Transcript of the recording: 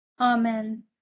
Amen